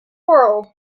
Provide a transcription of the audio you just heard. world